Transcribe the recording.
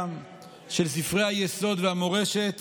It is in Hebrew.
וכבודם של ספרי היסוד והמורשת